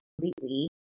completely